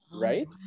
Right